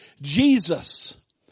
Jesus